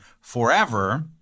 forever